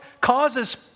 causes